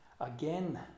again